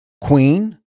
Queen